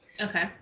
Okay